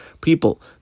people